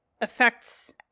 affects